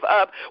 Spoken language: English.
up